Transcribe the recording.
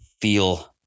feel